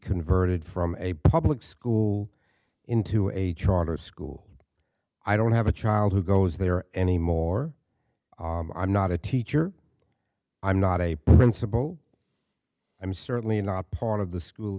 converted from a public school into a charter school i don't have a child who goes there anymore i'm not a teacher i'm not a principal i'm certainly not part of the school